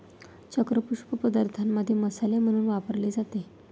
चक्र पुष्प पदार्थांमध्ये मसाले म्हणून वापरले जाते